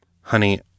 Honey